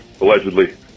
allegedly